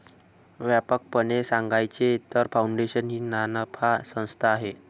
व्यापकपणे सांगायचे तर, फाउंडेशन ही नानफा संस्था आहे